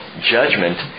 judgment